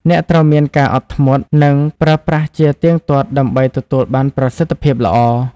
អ្នកត្រូវមានការអត់ធ្មត់ និងប្រើប្រាស់ជាទៀងទាត់ដើម្បីទទួលបានប្រសិទ្ធភាពល្អ។